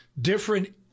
Different